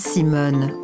Simone